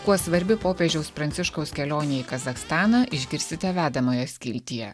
kuo svarbi popiežiaus pranciškaus kelionė į kazachstaną išgirsite vedamoje skiltyje